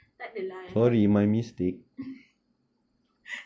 takde lah